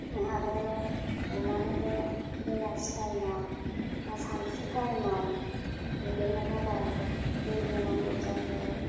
आरो अमानोबो बेलासि थाइमाव आर सानसु थाइमाव दुगैनो थाखाय दै होनांगौ जायो